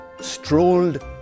strolled